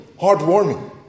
heartwarming